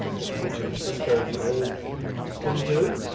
this point, you can discard the old spin tube